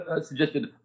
suggested